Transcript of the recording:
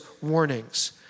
warnings